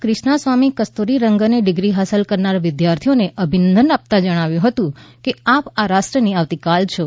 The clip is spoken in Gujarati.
ક્રિષ્નાસ્વામી કસ્તુરીરંગને ડિગ્રી હાંસલ કરનાર વિદ્યાર્થીઓને અભિનંદન આપતાં જણાવ્યું છે કે આપ આ રાષ્ટ્રની આવતીકાલ છો